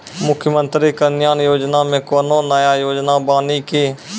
मुख्यमंत्री कल्याण योजना मे कोनो नया योजना बानी की?